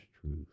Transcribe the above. truth